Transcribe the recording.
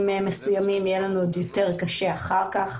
מסוימים ויהיה לנו עוד יותר קשה אחר כך.